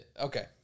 Okay